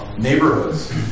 neighborhoods